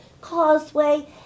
causeway